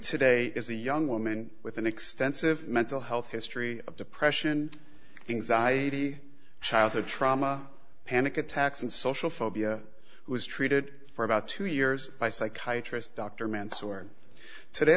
today is a young woman with an extensive mental health history of depression anxiety childhood trauma panic attacks and social phobia who was treated for about two years by psychiatrist dr mansoor today